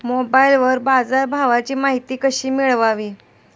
मोबाइलवर बाजारभावाची माहिती कशी मिळवावी?